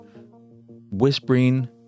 whispering